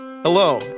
Hello